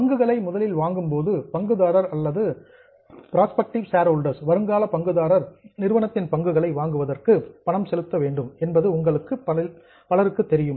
பங்குகளை முதலில் வழங்கும்போது பங்குதாரர் அல்லது புரோஸ்பெக்டிவ் ஷேர்ஹோல்டர் வருங்கால பங்குதாரர் நிறுவனத்தின் பங்குகளை வாங்குவதற்கு பணம் செலுத்த வேண்டும் என்பது உங்களில் பலருக்கு தெரியும்